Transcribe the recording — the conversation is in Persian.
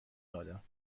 آدم